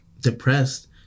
depressed